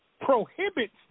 prohibits